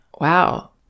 wow